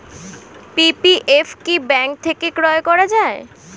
PPF কি bank থেকে ক্রয় করা যায়?